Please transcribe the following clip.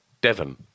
Devon